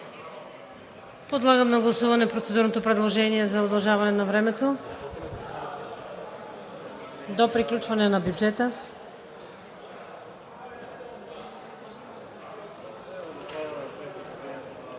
Подлагам на гласуване процедурното предложение за удължаване на времето до приключване на бюджета.